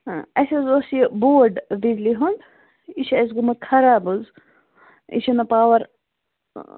اَسہِ حظ اوس یہِ بورڈ بجلی ہُنٛد یہِ چھُ اَسہِ گوٚمُت خَراب حظ یہِ چھُنہٕ پاوَر